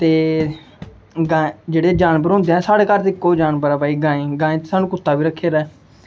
ते जेह्ड़े जानवर होंदे ऐ साढ़े घर ते कोई जानवर गाएं गाएं ते सानूं कुत्ता बी रक्खे दा ऐ